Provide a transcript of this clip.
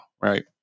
Right